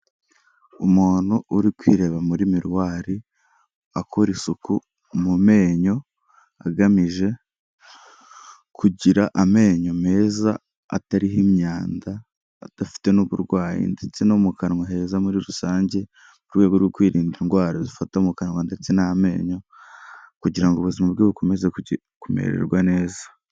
Umuntu uri kwireba muri miriwari akora isuku mu menyo, agamije kugira amenyo meza atariho imyanda, adafite n'uburwayi ndetse no mu kanwa heza muri rusange, mu rwego rwo kwirinda indwara zifata mu kanwa ndetse n'amenyo kugira ngo ubuzima bwe bukomeze kumererwa neza.